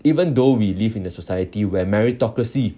even though we live in a society where meritocracy